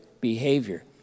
behavior